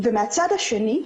ומהצד השני,